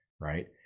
right